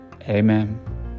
Amen